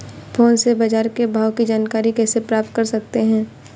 Phone से बाजार के भाव की जानकारी कैसे प्राप्त कर सकते हैं?